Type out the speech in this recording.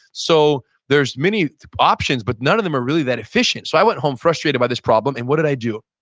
so there's many options but none of them are really that efficient, so i went home frustrated by this problem and what did i do?